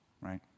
right